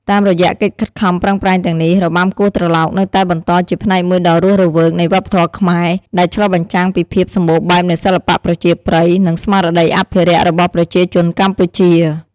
តាមរយៈកិច្ចខិតខំប្រឹងប្រែងទាំងនេះ របាំគោះត្រឡោកនៅតែបន្តជាផ្នែកមួយដ៏រស់រវើកនៃវប្បធម៌ខ្មែរ ដែលឆ្លុះបញ្ចាំងពីភាពសម្បូរបែបនៃសិល្បៈប្រជាប្រិយ និងស្មារតីអភិរក្សរបស់ប្រជាជនកម្ពុជា។